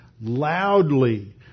loudly